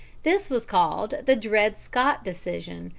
this was called the dred scott decision,